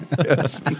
Yes